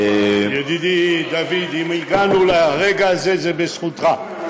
ידידי דוד, אם הגענו לרגע הזה, זה בזכותך,